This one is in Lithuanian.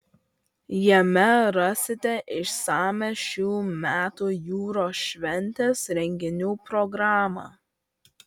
jame rasite išsamią šių metų jūros šventės renginių programą